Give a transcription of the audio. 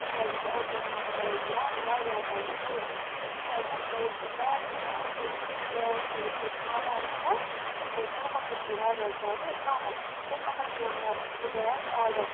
تِکیٛازِ بازرَس منٛز ٲس دِوان واریاہ زیادٕ درٛۅگ یِتھُے مےٚ وُچھ مےٚ دوٚپ بیگ تہِ چھُ اَصٕل سُے بیگ چھُ یُس بہٕ ژھانٛڈان چھَس تہٕ قۭمَتھ تہِ چھُ واریاہ زیادٕ قۭمَتھ تمہِ پَتَن کوٚر مےٚ سُہ بیگ آرڈَر